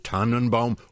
Tannenbaum